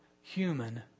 human